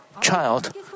child